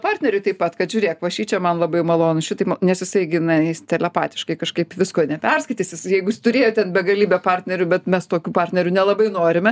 partneriui taip pat kad žiūrėk va šičia man labai malonu šitaip nes jisai gi na jis telepatiškai kažkaip visko neperskaitys jis jeigu jis turėjo ten begalybę partnerių bet mes tokių partnerių nelabai norime